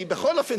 כי בכל אופן,